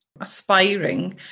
aspiring